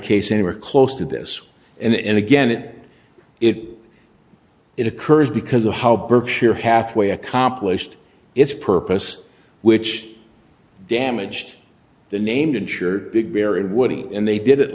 case anywhere close to this and again it if it occurs because of how berkshire hathaway accomplished its purpose which damaged the named insured big bear in woody and they did it